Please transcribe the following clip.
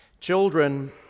Children